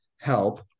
help